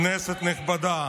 כנסת נכבדה,